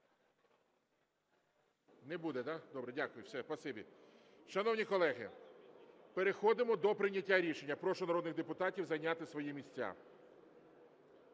Не буде, да? Добре. Дякую. Все, спасибі. Шановні колеги, переходимо до прийняття рішення. Прошу народних депутатів зайняти свої місця.